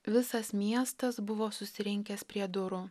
visas miestas buvo susirinkęs prie durų